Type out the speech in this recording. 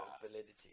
validity